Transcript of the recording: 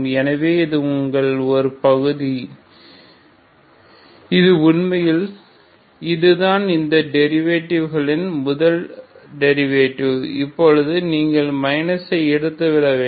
எனவே இது உங்கள் ஒரு பகுதி சரி இது உண்மையில் இதுதான் இந்த டெரிவேட்டிவ் களின் முதல் டெரிவேட்டிவ் இப்போது நீங்கள் மைனஸை எடுத்துவிட வேண்டும்